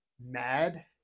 mad